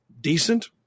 decent